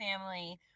family